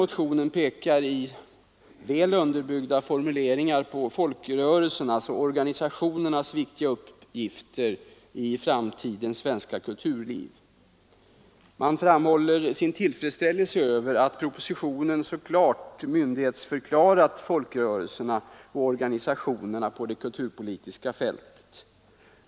Motionen pekar i väl underbyggda formuleringar på folkrörelsernas och organisationernas viktiga uppgifter i framtidens svenska kulturliv. Man framhåller sin tillfredsställelse över att propositionen så klart myndighetsförklarat folkrörelserna och organisationerna på det kulturpolitiska fältet.